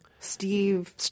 Steve